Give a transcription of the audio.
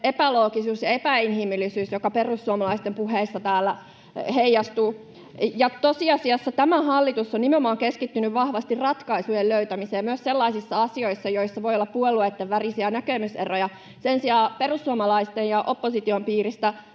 epäloogisuus ja epäinhimillisyys, joka perussuomalaisten puheissa täällä heijastuu. Tosiasiassa tämä hallitus on nimenomaan keskittynyt vahvasti ratkaisujen löytämiseen myös sellaisissa asioissa, joissa voi olla puolueitten välisiä näkemyseroja. Sen sijaan perussuomalaisten ja opposition piiristä